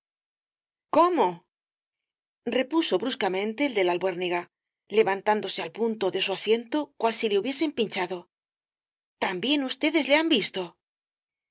cómo repuso bruscamente el de la albuérniga levantándose al punto de su asiento cual si le hubiesen pinchado también ustedes le han visto sí